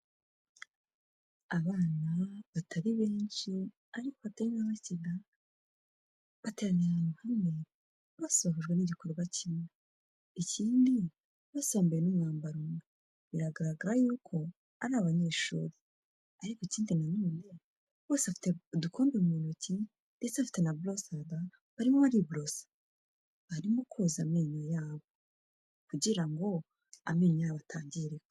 Abana batari benshi ariko batari na bake da! bateraniye ahantu hamwe bose bahujwe n'igikorwa kimwe, ikindi bose bambaye n'umwambaro umwe, biragaragara yuko ari abanyeshuri, ariko ikindi nanone bose bafite udukombe mu ntoki, ndetse bafite na borosada, barimo bariborosa, barimo koza amenyo yabo, kugira ngo amenyo yabo atangirika.